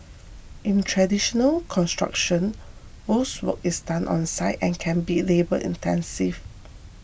in traditional construction most work is done on site and can be labour intensive